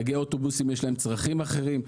לנהגי האוטובוסים צרכים אחרים,